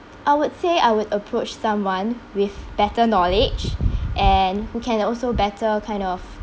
I would say I would approach someone with better knowledge and who can also better kind of